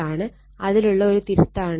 അതിലുള്ള ഒരു തിരുത്താണ് ഇത്